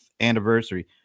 anniversary